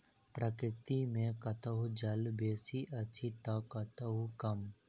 प्रकृति मे कतहु जल बेसी अछि त कतहु कम